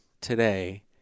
today